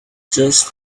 just